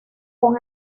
con